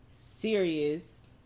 serious